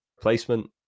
placement